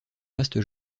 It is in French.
vaste